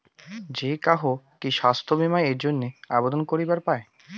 যে কাহো কি স্বাস্থ্য বীমা এর জইন্যে আবেদন করিবার পায়?